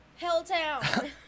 Helltown